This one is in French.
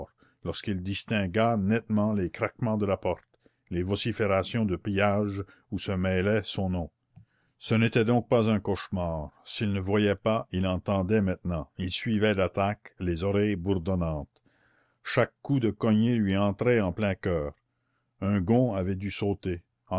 lorsqu'il distingua nettement les craquements de la porte les vociférations de pillage où se mêlait son nom ce n'était donc pas un cauchemar s'il ne voyait pas il entendait maintenant il suivait l'attaque les oreilles bourdonnantes chaque coup de cognée lui entrait en plein coeur un gond avait dû sauter